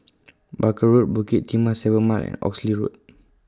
Barker Road Bukit Timah seven Mile and Oxley Road